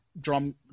drum